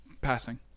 passing